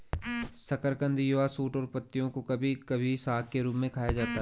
शकरकंद युवा शूट और पत्तियों को कभी कभी साग के रूप में खाया जाता है